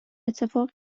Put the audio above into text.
اتفاقی